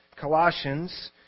Colossians